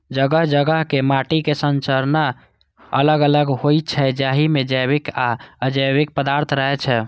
जगह जगह के माटिक संरचना अलग अलग होइ छै, जाहि मे जैविक आ अजैविक पदार्थ रहै छै